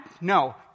No